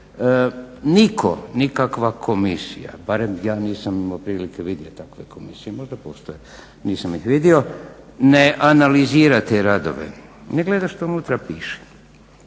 Nitko, nikakva komisija barem ja nisam imao prilike vidjeti ako je komisija, možda postoji, nisam ih vidio ne analizira te radove, ne gleda što unutra piše.